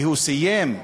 והוא סיים,